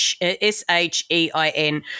S-H-E-I-N